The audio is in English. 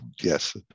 Yes